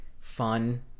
fun